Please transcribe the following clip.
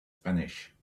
spanish